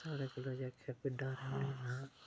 साढ़े कोला कोई आक्खै उनेंगी डर है ना